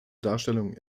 darstellung